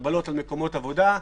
הגבלות על מקומות עבודה,